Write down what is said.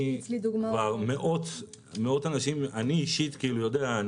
אני אישית יודע,